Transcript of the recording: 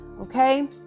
okay